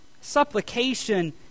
Supplication